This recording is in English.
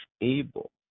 able